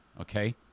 okay